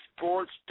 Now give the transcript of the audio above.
Sports